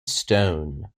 stone